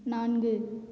நான்கு